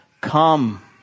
come